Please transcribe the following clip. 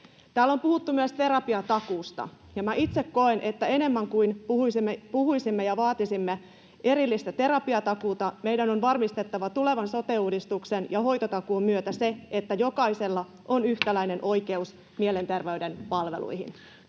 Täällä on puhuttu myös terapiatakuusta. Minä itse koen, että ennemmin kuin puhuisimme ja vaatisimme erillistä terapiatakuuta, meidän on varmistettava tulevan sote-uudistuksen ja hoitotakuun myötä se, että jokaisella on yhtäläinen oikeus mielenterveyden palveluihin.